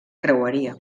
creueria